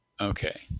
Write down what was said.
Okay